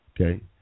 Okay